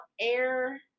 air